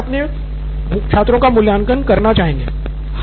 शिक्षक स्वयं अपने छात्रों का मूल्यांकन करना चाहेंगे